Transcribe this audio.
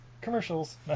commercials